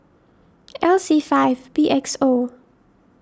L C five B X O